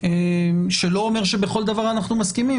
שלא אומר שבכל דבר אנחנו מסכימים,